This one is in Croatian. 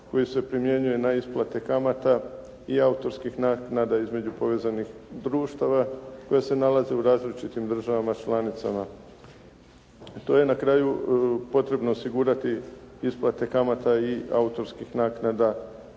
koji se primjenjuje na isplate kamata i autorskih naknada između povezanih društava koje se nalaze u različitim državama članicama. Tu je na kraju potrebno osigurati isplate kamata i autorskih naknada